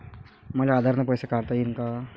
मले आधार न पैसे काढता येईन का?